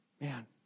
man